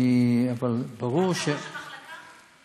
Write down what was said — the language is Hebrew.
אבל ברור, גם לראש המחלקה?